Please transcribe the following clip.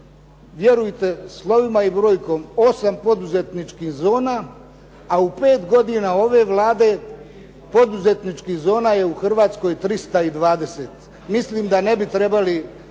vjerujte slovima i brojkom 8 poduzetničkih zona a u pet godina ove Vlade poduzetničkih zona je u Hrvatskoj 320. Mislim da ne bi trebali